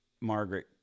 margaret